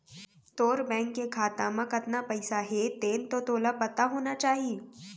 तोर बेंक के खाता म कतना पइसा हे तेन तो तोला पता होना चाही?